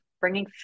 bringing